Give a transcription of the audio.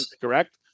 correct